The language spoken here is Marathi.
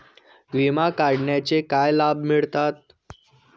विमा काढण्याचे काय लाभ मिळतात?